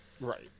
right